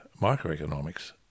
microeconomics